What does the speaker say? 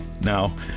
Now